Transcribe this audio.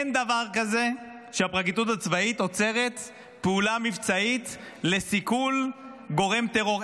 אין דבר כזה שהפרקליטות הצבאית עוצרת פעולה מבצעית לסיכול גורם טרור.